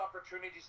opportunities